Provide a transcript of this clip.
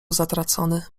zatracony